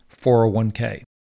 401k